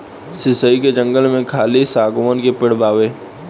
शीशइ के जंगल में खाली शागवान के पेड़ बावे